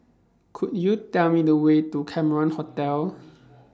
Could YOU Tell Me The Way to Cameron Hotel